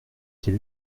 quel